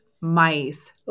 mice